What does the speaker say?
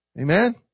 Amen